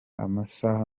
amasaha